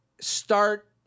start